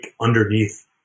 underneath